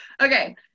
Okay